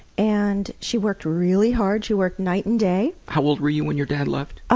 and she worked really hard she worked night and day. how old were you when your dad left? ah